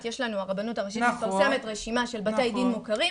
הרבנות הראשית מפרסמת רשימה בתי דין מוכרים,